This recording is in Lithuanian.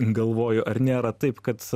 galvoju ar nėra taip kad